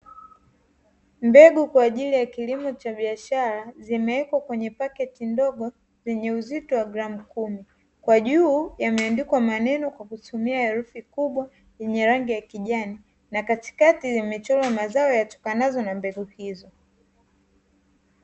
Mbegu kwa ajili ya kilimo cha biashara, zimewekwa kwenye pakiti ndogo zenye uzito wa gramu kumi. Kwa juu yameandikwa maneno kwa kutumia herufi kubwa yenye rangi ya kijani na katikati zimechorwa mazao yatokanayo na mbegu hizo.